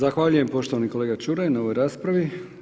Zahvaljujem poštovani kolega Čuraj, na ovoj raspravi.